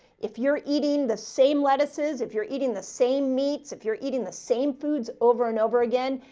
if you're eating the same lettuces, if you're eating the same meats, if you're eating the same foods over and over again,